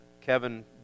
Kevin